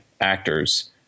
actors